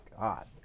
god